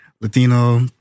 Latino